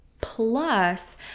Plus